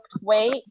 weight